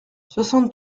soixante